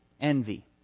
Envy